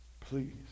Please